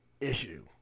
issue